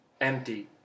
empty